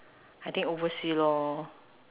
I think oversea lor